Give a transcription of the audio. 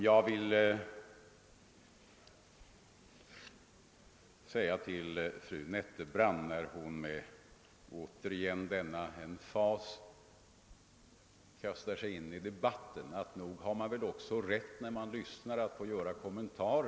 Jag vill säga till fru Nettelbrandt, när hon återigen med emfas kastar sig in i debatten, att nog har man väl också rätt att göra kommentarer till vad man har lyssnat på.